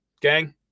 Gang